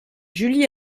julie